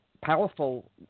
powerful